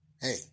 Hey